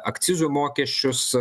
akcizų mokesčius